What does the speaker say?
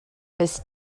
his